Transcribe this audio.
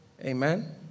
Amen